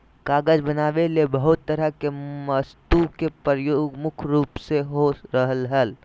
कागज बनावे ले बहुत तरह के वस्तु के प्रयोग मुख्य रूप से हो रहल हल